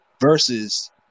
Versus